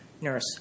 Nurse